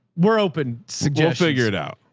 we're open suggestion figured out,